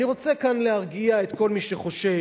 אני רוצה כאן להרגיע את כל מי שחושש: